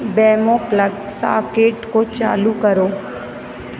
वेमो plug socket को चालू करो